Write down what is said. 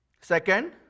Second